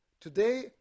Today